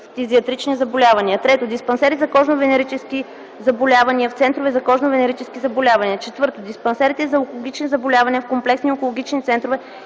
пневмо-фтизиатрични заболявания; 3. диспансерите за кожно-венерически заболявания – в центрове за кожно-венерически заболявания; 4. диспансерите за онкологични заболявания – в комплексни онкологични центрове